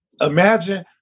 imagine